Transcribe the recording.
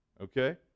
Okay